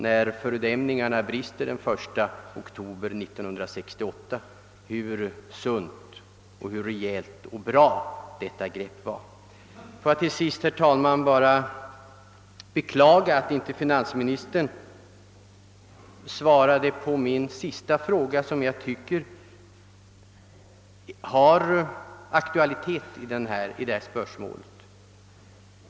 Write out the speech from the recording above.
När fördämningarna brister den 1 oktober 1968, får vi väl se hur sunt, rejält och bra detta grepp var. Får jag till slut, herr talman, bara beklaga att finansministern inte besvarade min sista fråga, som jag tycker har aktualitet i detta spörsmål.